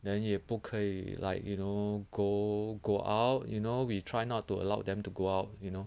then 也不可以 like you know go go out you know we try not to allowed them to go out you know